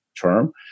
term